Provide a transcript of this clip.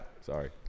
Sorry